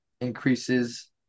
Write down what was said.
increases